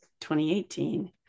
2018